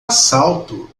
assalto